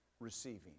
Receiving